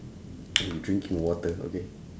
mm drink your water okay